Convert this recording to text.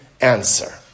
answer